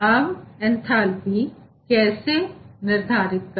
अब एंथेल्पी कैसे निर्धारित करें